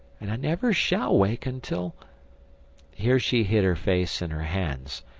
and i never shall wake until here she hid her face in her hands,